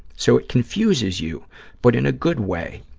so it confuses you but in a good way.